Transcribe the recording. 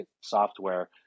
software